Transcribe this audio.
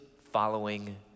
following